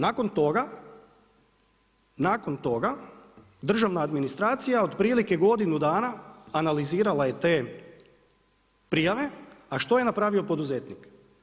Nakon toga, državna administracija otprilike godinu dana analizirala je te prijave, a što je napravio poduzetnik?